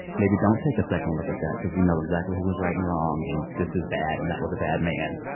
maybe don't take a second look at that cause we know exactly who was right and wrong. and this is bad, and that was a bad man.